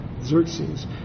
Xerxes